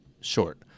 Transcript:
short